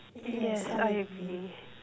yes I agree